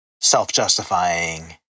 self-justifying